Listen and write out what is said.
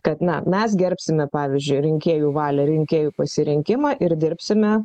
kad na mes gerbsime pavyzdžiui rinkėjų valią rinkėjų pasirinkimą ir dirbsime